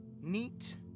neat